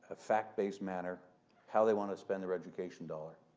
fact-based manner how they want to spend their education dollar,